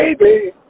baby